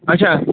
اَچھا